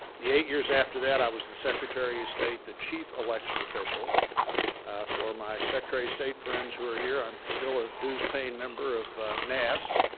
the eight years after, that i was the secretary of state, the chief election official for my secretary of state friends who are here, i'm still a dues-paying member of nass,